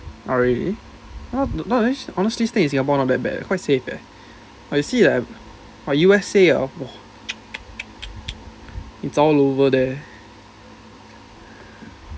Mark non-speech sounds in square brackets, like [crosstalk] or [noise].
oh really uh then honestly stay in singapore not that bad quite safe leh but you see like !wah! U_S_A hor !wah! [noise] it's all over there